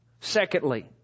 Secondly